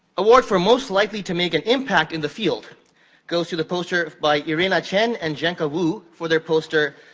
award for most likely to make an impact in the field goes to the poster by irena chen and zhenke ah wu for their poster,